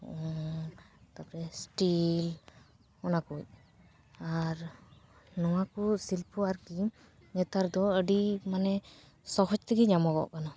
ᱟᱨ ᱛᱟᱯᱚᱨᱮ ᱥᱴᱤᱞ ᱚᱱᱟ ᱠᱚ ᱟᱨ ᱱᱚᱣᱟ ᱠᱚ ᱥᱤᱞᱯᱚ ᱟᱨᱠᱤ ᱱᱮᱛᱟᱨ ᱫᱚ ᱟᱹᱰᱤ ᱢᱟᱱᱮ ᱥᱚᱦᱚᱡ ᱛᱮᱜᱮ ᱧᱟᱢᱚᱜᱚᱜ ᱠᱟᱱᱟ